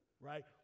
Right